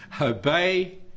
obey